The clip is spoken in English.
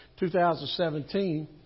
2017